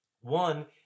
One